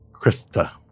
Krista